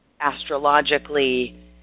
astrologically